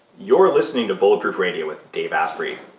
you're listening to bulletproof radio with dave asprey.